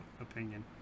opinion